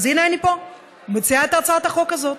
אז הינה אני פה, מציעה את הצעת החוק הזאת.